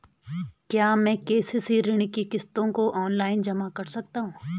क्या मैं के.सी.सी ऋण की किश्तों को ऑनलाइन जमा कर सकता हूँ?